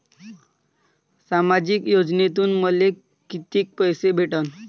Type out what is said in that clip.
सामाजिक योजनेतून मले कितीक पैसे भेटन?